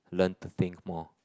learn to think more